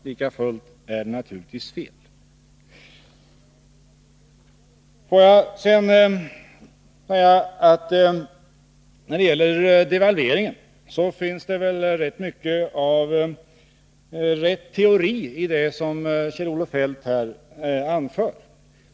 Lika fullt är det naturligtvis fel. Får jag sedan säga att när det gäller devalveringen finns det väl rätt mycket av riktig teori i det som Kjell-Olof Feldt anför.